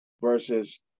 versus